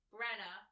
Brenna